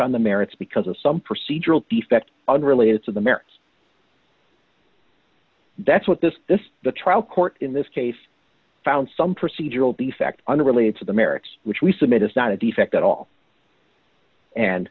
on the merits because of some procedural defect unrelated to the merits that's what this this the trial court in this case found some procedural defect unrelated to the merits which we submit is not a defect at all and